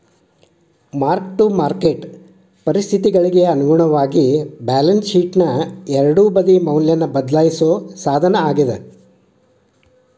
mark to market ಪರಿಸ್ಥಿತಿಗಳಿಗಿ ಅನುಗುಣವಾಗಿ balance ಶೇಟ್ನ ಎರಡೂ ಬದಿ ಮೌಲ್ಯನ ಬದ್ಲಾಯಿಸೋ ಸಾಧನವಾಗ್ಯಾದ